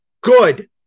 Good